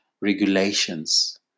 regulations